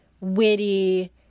witty